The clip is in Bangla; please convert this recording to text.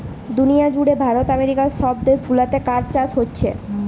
দুনিয়া জুড়ে ভারত আমেরিকা সব দেশ গুলাতে কাঠ চাষ হোচ্ছে